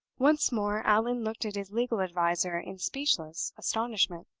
once more, allan looked at his legal adviser in speechless astonishment.